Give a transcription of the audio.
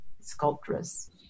sculptress